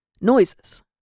noises